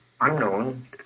unknown